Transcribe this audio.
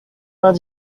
vingt